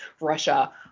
Russia